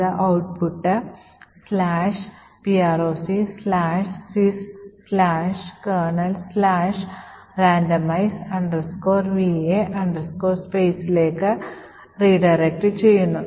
അത് output proc sys kernel randomize va space ലേക്ക് redirect ചെയ്യുന്നു